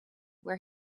where